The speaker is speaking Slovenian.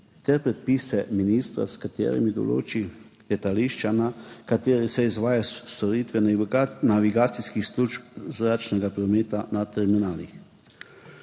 ter predpise ministra, s katerimi določi letališča, na katerih se izvaja storitve navigacijskih služb zračnega prometa na terminalih.